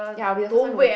ya we also trying to wake